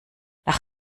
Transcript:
nach